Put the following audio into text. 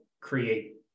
create